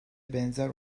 benzer